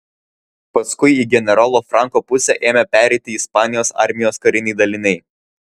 paskui į generolo franko pusę ėmė pereiti ispanijos armijos kariniai daliniai